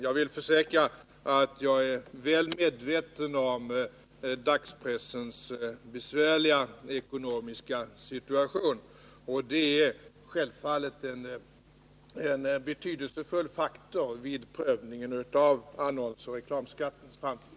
Jag vill försäkra att jag är väl medveten om dagspressens besvärliga ekonomiska situation, som självfallet är en betydelsefull faktor vid prövningen av annonsoch reklamskattens framtid.